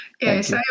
Yes